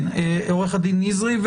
כן, עורך הדין נזרי.